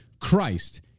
Christ